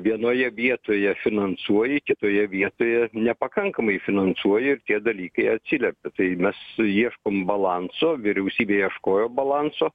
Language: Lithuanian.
vienoje vietoje finansuoji kitoje vietoje nepakankamai finansuoji ir tie dalykai atsiliepia tai mes ieškom balanso vyriausybė ieškojo balanso